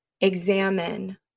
examine